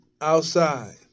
outside